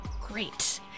Great